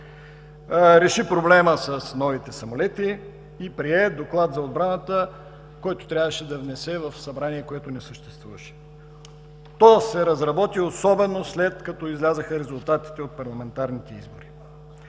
реши проблема с новите самолети и прие Доклад за отбраната, който трябваше да внесе в Събрание, което не съществуваше. То се разработи, особено след като излязоха резултатите от парламентарните избори.